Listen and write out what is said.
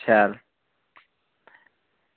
शैल